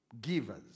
givers